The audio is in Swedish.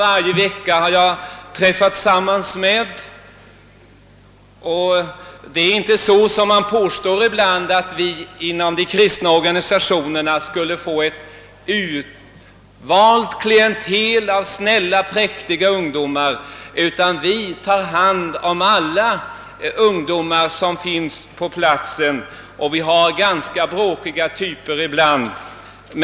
Varje vecka har jag träffat samman med 100 ungdomar, Det är inte så, som det påstås ibland, att vi inom de kristna organisationerna skulle få ett utvalt klientel av snälla, präktiga ungdomar. Vi tar hand om alla ungdomar på platsen och vi har ganska bråkiga typer ibland.